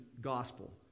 gospel